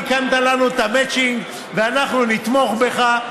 תיקנת לנו את המצ'ינג ואנחנו נתמוך בך.